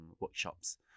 workshops